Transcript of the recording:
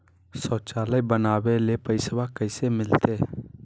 शौचालय बनावे ले पैसबा कैसे मिलते?